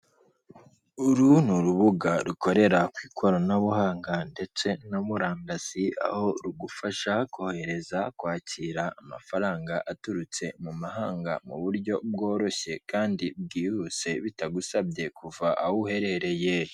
Uru ni urubuga rukorera ku ikoranabuhanga ndetse na murandasi aho rugufasha kohereza, kwakira amafaranga aturutse mu mahanga mu buryo bworoshye kandi bwihuse bitagusabye kuva aho uherereye.